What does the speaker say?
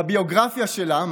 בביוגרפיה שלה,